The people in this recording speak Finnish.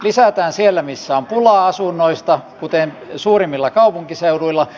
lisätään siellä missä on pulaa asunnoista kuten suurimmilla kaupunkiseuduilla